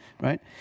right